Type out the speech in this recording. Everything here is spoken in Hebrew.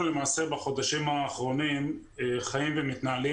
אנחנו למעשה בחודשים האחרונים חיים ומתנהלים